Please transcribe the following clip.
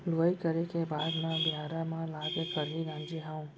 लुवई करे के बाद म बियारा म लाके खरही गांजे हँव